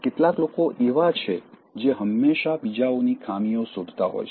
કેટલાક લોકો એવા છે જે હંમેશાં બીજાઓની ખામીઓ શોધતા હોય છે